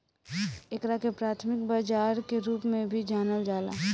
एकरा के प्राथमिक बाजार के रूप में भी जानल जाला